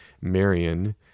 marion